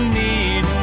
need